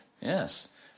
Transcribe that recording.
yes